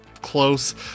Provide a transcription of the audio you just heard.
close